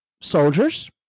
soldiers